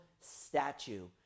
statue